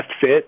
fit